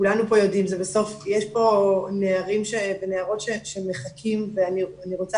כולנו פה יודעים שיש פה נערים ונערות שמחכים ואני רוצה